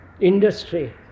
industry